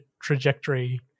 trajectory